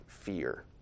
fear